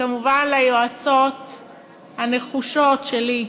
וכמובן ליועצות הנחושות שלי,